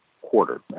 quarter